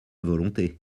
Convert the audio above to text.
volonté